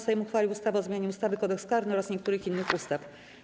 Sejm uchwalił ustawę o zmianie ustawy - Kodeks karny oraz niektórych innych ustaw.